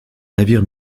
navire